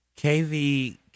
kv